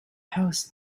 house